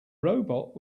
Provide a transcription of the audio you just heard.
robot